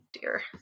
dear